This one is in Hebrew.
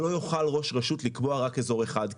שלא יוכל ראש רשות לקבוע רק אזור אחד,